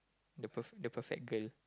the perf~ the perfect girl